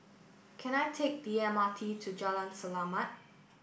can I take the M R T to Jalan Selamat